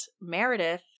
Meredith